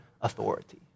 authority